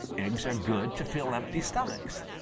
eggs are good to fill empty stomachs.